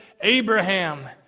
Abraham